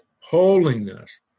holiness